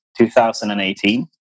2018